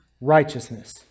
righteousness